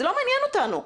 זה לא מעניין אותנו.